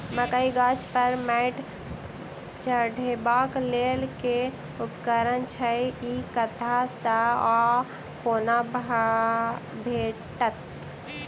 मकई गाछ पर मैंट चढ़ेबाक लेल केँ उपकरण छै? ई कतह सऽ आ कोना भेटत?